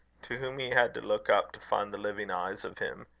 to whom he had to look up to find the living eyes of him,